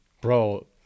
Bro